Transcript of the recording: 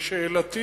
לשאלתי